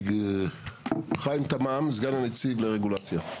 חיים תמם, סגן הנציב לרגולציה,